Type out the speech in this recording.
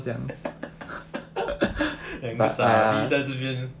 两粒在这边